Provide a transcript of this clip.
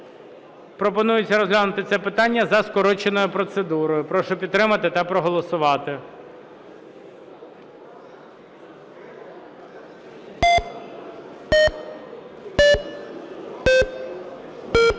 Пропонується його розглянути за скороченою процедурою. Прошу підтримати та проголосувати.